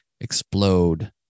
explode